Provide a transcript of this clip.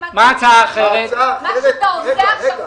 מה שאתה עושה עכשיו,